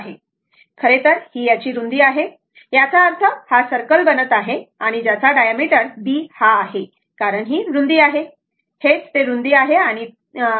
तर ते फिरत आहे खरेतर ही रुंदी आहे याचा अर्थ हा सर्कल बनत आहे ज्याचा डायमीटर b आहे कारण ही रुंदी आहे हेच ते रुंदी आहे ही ती रुंदी आहे बरोबर